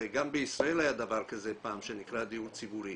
הרי גם בישראל היה דבר כזה פעם שנקרא דיור ציבורי